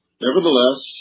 Nevertheless